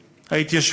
את דעתי אינני מסתיר,